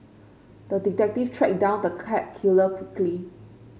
the detective tracked down the cat killer quickly